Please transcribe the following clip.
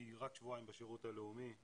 היא רק שבועיים בשירות הלאומי.